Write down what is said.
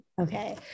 Okay